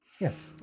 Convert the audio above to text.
yes